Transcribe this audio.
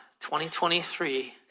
2023